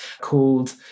called